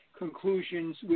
conclusions